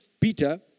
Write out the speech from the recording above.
Peter